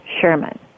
Sherman